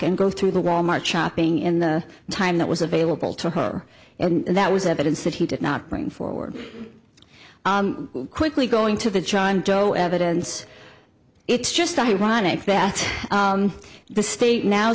and go through the wal mart shopping in the time that was available to her and that was evidence that he did not bring forward quickly going to the john doe evidence it's just ironic that the state now